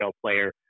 player